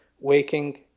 waking